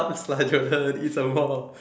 upz lah Jordan eat some more